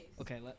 Okay